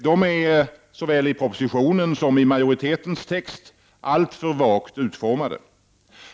De är såväl i propositionen som i majoritetens text alltför vagt utformade.